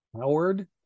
Howard